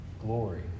glory